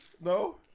No